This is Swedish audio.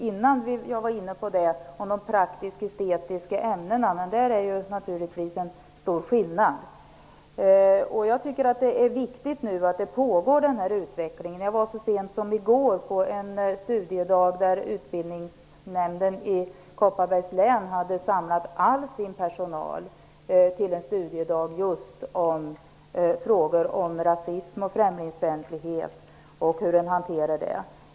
Innan jag tog upp dem nämnde jag de praktisk-estetiska ämnena. Men det är naturligtvis en stor skillnad mellan dessa. Det är viktigt att denna utveckling pågår. Så sent som i går deltog jag då Utbildningsnämnden i Kopparbergs län hade samlat all sin personal till en studiedag just om frågor om rasism och främlingsfientlighet och om hur man hanterar dessa frågor.